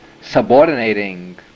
subordinating